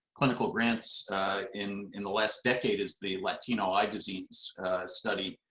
clinical grants in in the last decade is the latino eye disease study,